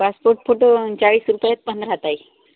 passport photo चाळीस रुपयात पंधरा ताई